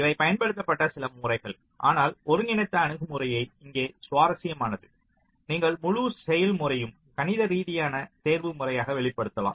இவை பயன்படுத்தப்பட்ட சில முறைகள் ஆனால் ஒருங்கிணைந்த அணுகுமுறையை இங்கே சுவாரஸ்யமானது நீங்கள் முழு செயல்முறையும் கணிதரீதியான தேர்வுமுறையாக வெளிப்படுத்தலாம்